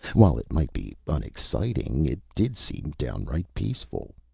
while it might be unexciting, it did seem downright peaceful.